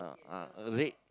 uh uh red